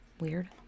weird